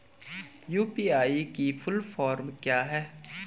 UPI की full form क्या है?